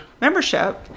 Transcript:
membership